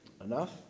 enough